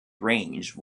range